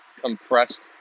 compressed